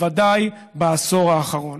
בוודאי בעשור האחרון.